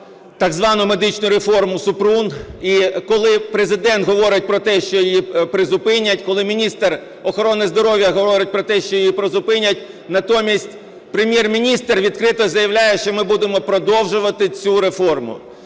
так звану медичну реформу Супрун. І коли Президент говорить про те, що її призупинять, коли міністр охорони здоров'я говорить про те, що її призупинять, натомість Прем'єр-міністр відкрито заявляє, що ми будемо продовжувати цю реформу.